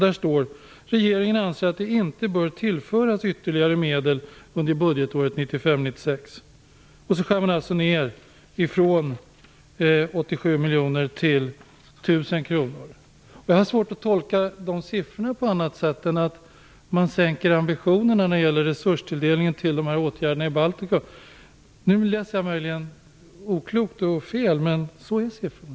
Det står också: Regeringen anser att man inte bör tillföra ytterligare medel under budgetåret 1995/96. Man skär alltså ner från 87 miljoner till 1 000 kr. Jag har svårt att tolka de siffrorna på annat sätt än att man sänker ambitionen när det gäller resurstilldelning till dessa åtgärder i Baltikum. Nu läser jag möjligen oklokt och fel, men så är siffrorna.